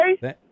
Hey